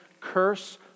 curse